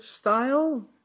style